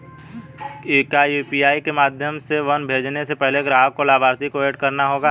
क्या यू.पी.आई के माध्यम से धन भेजने से पहले ग्राहक को लाभार्थी को एड करना होगा?